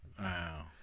Wow